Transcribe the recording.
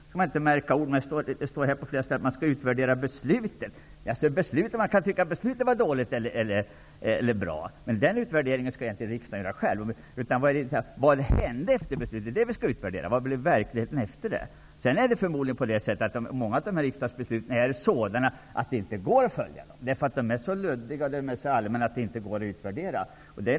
Man skall inte märka ord, men det står på flera ställen i svaret att beslutet skall utvärderas. Man kan naturligtvis tycka att beslutet var dåligt eller bra, men den utvärderingen skall inte riksdagen göra själv. Vad riksdagen skall utvärdera är vad som hände efter det att beslutet fattats, vad som blev verkligheten. En annan sak är att många av riksdagsbesluten förmodligen är av den arten att det inte går att följa upp dem. De är så luddiga och allmänna att de inte går att utvärdera.